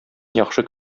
яхшы